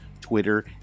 Twitter